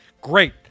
Great